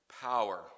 power